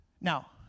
Now